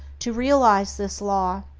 to realize this law,